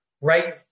right